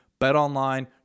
BetOnline